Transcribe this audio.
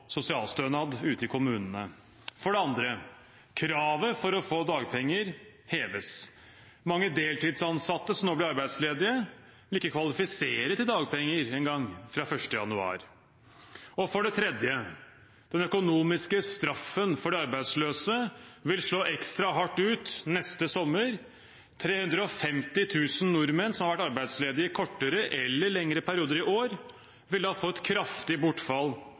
sosialstønad ute i kommunene. For det andre: Kravet for å få dagpenger heves. Mange deltidsansatte, som nå blir arbeidsledige, vil ikke kvalifisere til dagpenger engang fra 1. januar. For det tredje: Den økonomiske straffen for de arbeidsløse vil slå ekstra hardt ut neste sommer. 350 000 nordmenn som har vært arbeidsledige i kortere eller lengre perioder i år, vil da få et kraftig bortfall